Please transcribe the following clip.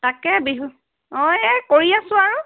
তাকে বিহু অঁ এই কৰি আছোঁ আৰু